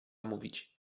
mówić